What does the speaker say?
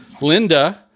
Linda